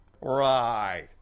Right